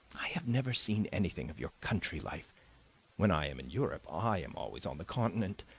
i have never seen anything of your country life when i am in europe i am always on the continent.